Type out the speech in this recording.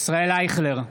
ישראל אייכלר,